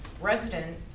resident